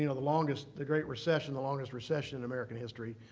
you know the longest the great recession, the longest recession in american history,